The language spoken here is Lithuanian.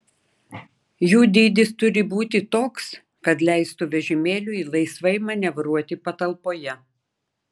jų dydis turi būti toks kad leistų vežimėliui laisvai manevruoti patalpoje